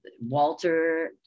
Walter